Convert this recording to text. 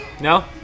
No